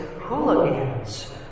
hooligans